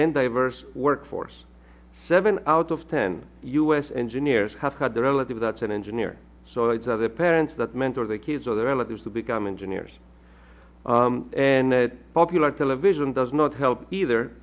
and diverse workforce seven out of ten u s engineers have had their relative that's an engineer so it's other parents that mentor their kids or their relatives to become engineers and that popular television does not help either